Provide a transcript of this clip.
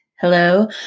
hello